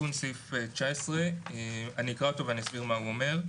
תיקון סעיף 19. אני אקרא אותו ואני אסביר מה הוא אומר.